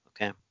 Okay